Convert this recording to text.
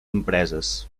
empreses